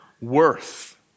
worth